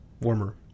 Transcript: warmer